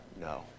No